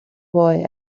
boy